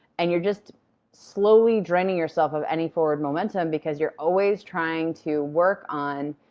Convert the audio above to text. and you're just slowly draining yourself of any forward momentum because you're always trying to work on,